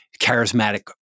charismatic